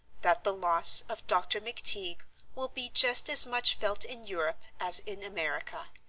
that the loss of dr. mcteague will be just as much felt in europe as in america.